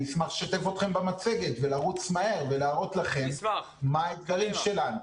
אני אשמח לשתף אתכם במצגת ולרוץ מהר ולהראות לכם מה האתגרים שלנו.